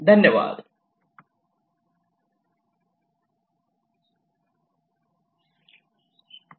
धन्यवाद मी तूमचा आभारी आहे